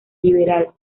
liberal